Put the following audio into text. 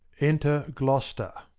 enter gloster.